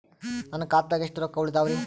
ನನ್ನ ಖಾತಾದಾಗ ಎಷ್ಟ ರೊಕ್ಕ ಉಳದಾವರಿ?